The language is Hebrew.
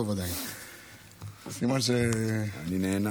זה טוב, סימן, אני נהנה.